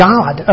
God